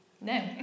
No